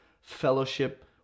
fellowship